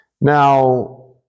Now